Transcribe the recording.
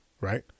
right